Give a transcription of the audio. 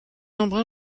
nombre